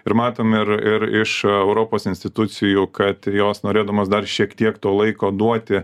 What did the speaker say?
ir matom ir iš europos institucijų kad jos norėdamos dar šiek tiek to laiko duoti